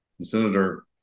senator